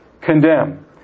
condemn